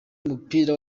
w’umupira